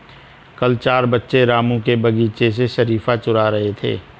कल चार बच्चे रामू के बगीचे से शरीफा चूरा रहे थे